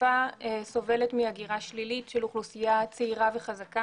חיפה סובלת מהגירה שלילית של אוכלוסייה צעירה וחזקה